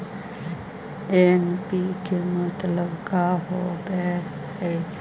NPK मतलब का होव हइ?